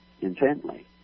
intently